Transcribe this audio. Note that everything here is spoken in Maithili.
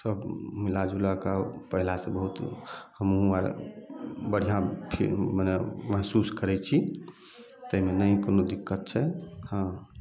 सब मिला जुलाके अब पहिले से बहुत हमहुँ आर बढ़िआँ मने महसूस करैत छी ताहिमे नहि कोनो दिक्कत छै हँ